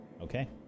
Okay